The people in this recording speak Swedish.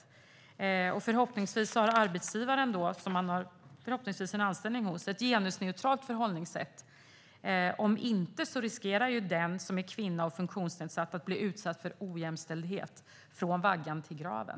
Förhoppningsvis har den som man har en anställning hos, arbetsgivaren, ett genusneutralt förhållningssätt. Om inte riskerar den som är kvinna och funktionsnedsatt att bli utsatt för ojämställdhet från vaggan till graven.